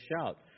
shout